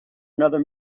another